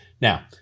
now